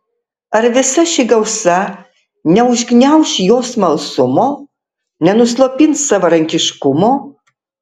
ar visa ši gausa neužgniauš jo smalsumo nenuslopins savarankiškumo